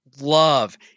love